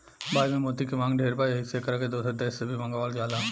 भारत में मोती के मांग ढेर बा एही से एकरा के दोसर देश से भी मंगावल जाला